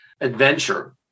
adventure